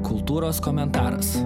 kultūros komentaras